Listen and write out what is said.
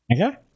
Okay